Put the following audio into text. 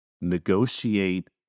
negotiate